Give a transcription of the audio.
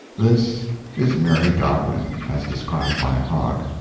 this is mary godwin, as described by hogg.